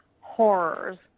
horrors